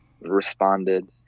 responded